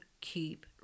keep